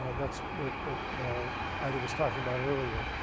that's what what ida was talking about earlier.